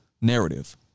narrative